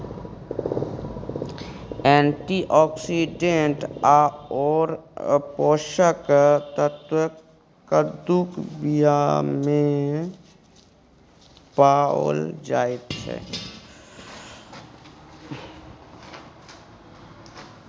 antioxidant आओर पोषक तत्व कद्दूक बीयामे पाओल जाइत छै